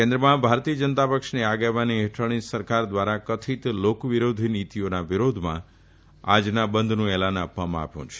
કેન્દ્રમાં ભાજપની આગેવાની હેઠળની સરકાર દ્વારા કથિત લોકવિરોધી નીતીઓના વિરોધમાં આજના બંધનું એલાન આપવામાં આવ્યું છે